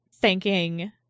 thanking